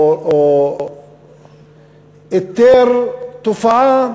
איתר תופעה